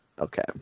Okay